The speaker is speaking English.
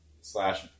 slash